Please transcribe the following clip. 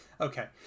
Okay